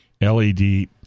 LED